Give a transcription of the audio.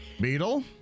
Beetle